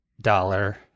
dollar